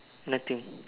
nothing